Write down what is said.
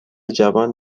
جوان